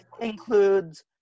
includes